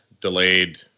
delayed